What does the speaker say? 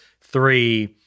Three